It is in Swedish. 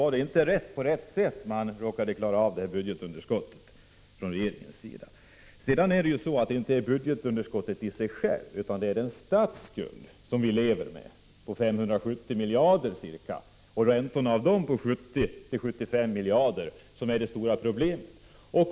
Hux flux kunde regeringen inte klara av budgetunderskottet på rätt sätt. Det är inte budgetunderskottet i sig självt utan det är statsskulden på ca 570 miljarder och räntorna på den på 70-75 miljarder som är de stora problemen.